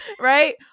right